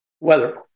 Weather